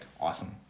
awesome